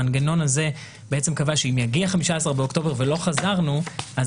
המנגנון הזה קבע שאם יגיע ה-15 באוקטובר ולא חזרנו אז